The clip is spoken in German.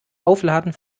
aufladen